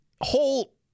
whole